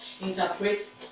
interpret